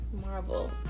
Marvel